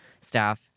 staff